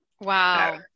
Wow